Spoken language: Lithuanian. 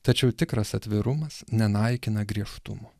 tačiau tikras atvirumas nenaikina griežtumo